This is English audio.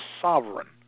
sovereign